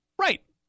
Right